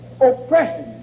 oppression